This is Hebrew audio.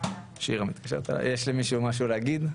יש למישהו משהו להגיד?